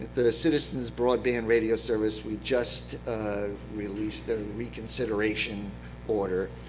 the the citizens broadband radio service, we just ah released the reconsideration order.